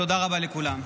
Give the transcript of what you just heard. תודה רבה לכולם.